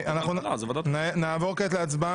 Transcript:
אנחנו נעבור כעת להצבעה.